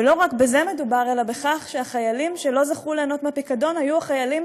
ולא רק בזה מדובר אלא בכך שהחיילים שלא זכו ליהנות מהפיקדון היו חיילים